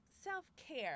self-care